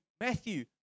Matthew